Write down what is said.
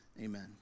Amen